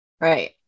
Right